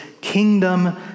kingdom